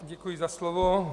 Děkuji za slovo.